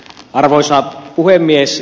arvoisa puhemies